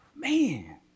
Man